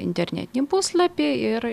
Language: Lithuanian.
internetinį puslapį ir